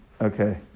Okay